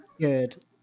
good